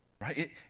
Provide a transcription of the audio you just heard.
Right